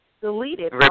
deleted